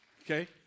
Okay